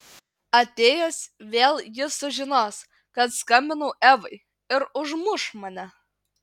atėjęs vėl jis sužinos kad skambinau evai ir užmuš mane